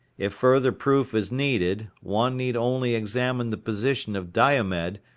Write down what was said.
if further proof is needed, one need only examine the position of diomed,